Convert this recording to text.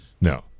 No